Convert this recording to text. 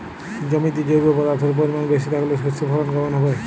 জমিতে জৈব পদার্থের পরিমাণ বেশি থাকলে শস্যর ফলন কেমন হবে?